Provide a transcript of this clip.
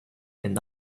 and